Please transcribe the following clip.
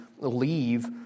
leave